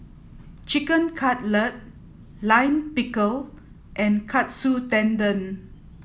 Chicken Cutlet Lime Pickle and Katsu Tendon